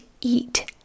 eat